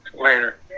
later